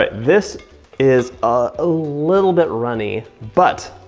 ah this is a little bit runny. but,